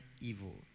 evil